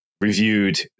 reviewed